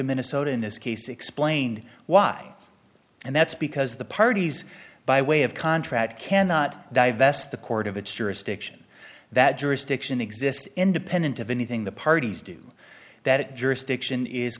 in minnesota in this case explained why and that's because the parties by way of contract cannot divest the court of its jurisdiction that jurisdiction exists independent of anything the parties do that jurisdiction is